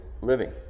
living